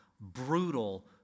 brutal